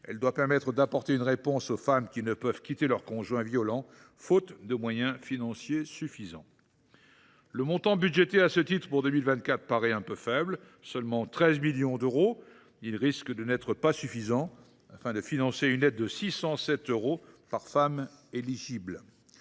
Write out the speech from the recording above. elle doit permettre d’apporter une réponse aux femmes qui ne peuvent quitter leur conjoint violent faute de moyens financiers suffisants. Le montant prévu à ce titre pour 2024 paraît un peu faible : seulement 13 millions d’euros. Il risque de n’être pas suffisant pour financer une aide de 607 euros par femme éligible.